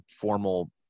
formal